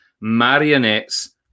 Marionettes